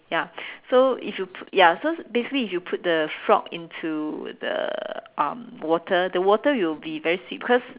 ya so if you put ya so basically if you put the frog into the um water the water will be very sweet because